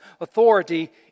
Authority